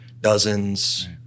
dozens